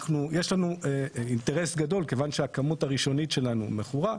כיוון שהכמות הראשונית שלנו מכורה,